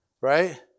Right